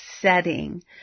setting